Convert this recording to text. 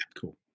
Cool